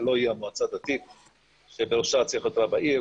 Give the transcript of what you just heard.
הלא היא המועצה הדתית שבראשה צריך להיות רב העיר